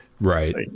Right